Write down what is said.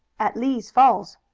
at lee's falls.